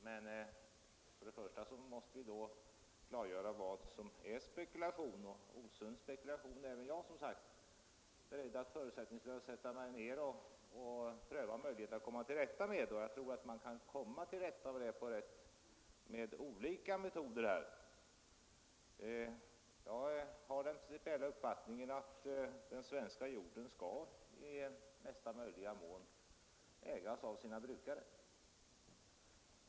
Men först och främst måste vi då klargöra vad som är spekulation. När det gäller osund spekulation är som sagt även jag beredd att sätta mig ner och förutsättningslöst pröva möjligheterna att komma till rätta med den, och jag tror att det går med olika metoder. Jag har den principiella uppfattningen att den svenska jorden skall i mesta möjliga mån ägas av sina brukare.